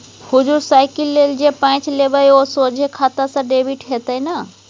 हुजुर साइकिल लेल जे पैंच लेबय ओ सोझे खाता सँ डेबिट हेतेय न